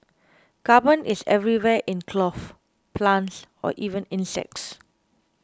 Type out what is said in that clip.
carbon is everywhere in cloth plants or even insects